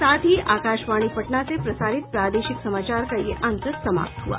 इसके साथ ही आकाशवाणी पटना से प्रसारित प्रादेशिक समाचार का ये अंक समाप्त हुआ